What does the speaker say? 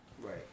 Right